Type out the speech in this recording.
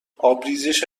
آبریزش